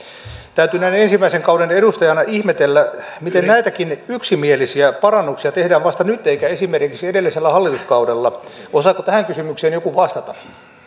täytyy näin ensimmäisen kauden edustajana ihmetellä miten näitäkin yksimielisiä parannuksia tehdään vasta nyt eikä tehty esimerkiksi edellisellä hallituskaudella osaako tähän kysymykseen joku vastata